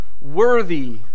worthy